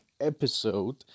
episode